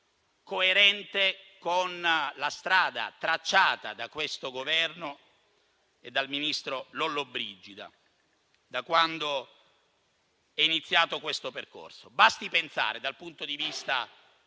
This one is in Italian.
coerente con la strada tracciata da questo Governo e dal ministro Lollobrigida da quando è iniziato questo percorso. Basti pensare, dal punto di vista